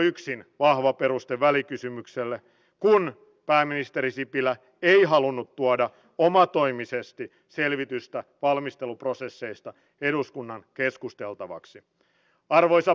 meille tulee valtavasti työikäisiä korkeasti koulutettujakin ihmisiä suomeen ja heidän työpanoksensa pitäisi saada mahdollisimman nopeasti käyttöön